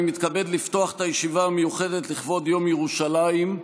אני מתכבד לפתוח את הישיבה המיוחדת לכבוד יום ירושלים,